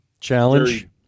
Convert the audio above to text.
challenge